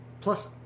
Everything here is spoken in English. Plus